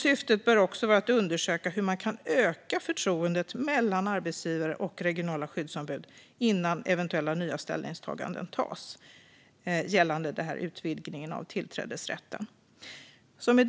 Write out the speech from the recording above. Syftet bör också vara att undersöka hur man kan öka förtroendet mellan arbetsgivare och regionala skyddsombud innan eventuella nya ställningstaganden tas gällande denna utvidgning av tillträdesrätten. Herr talman!